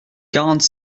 quarante